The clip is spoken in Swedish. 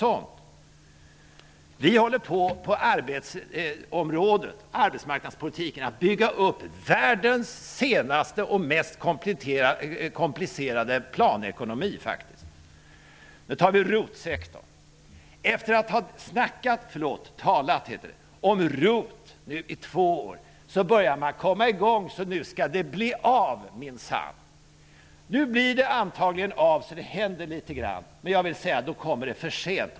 Inom arbetsmarknadspolitiken håller vi faktiskt på att bygga upp världens senaste och mest komplicerade planekonomi. Ta ROT-sektorn! Efter att ha snackat, förlåt, talat heter det, om ROT i två år börjar man komma i gång. Nu skall det bli av, minsann! Nu händer det antagligen litet grand, men det kommer för sent!